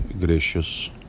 gracious